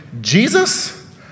Jesus